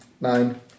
Nine